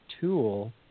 tool